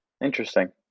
Interesting